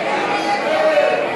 לסעיף 01,